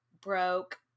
broke